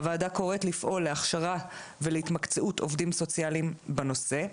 הוועדה קוראת להכשרה ולהתמקצעות עובדים סוציאליים בנושא.